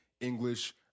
English